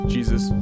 Jesus